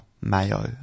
mayo